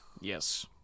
Yes